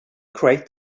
create